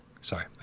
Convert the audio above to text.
sorry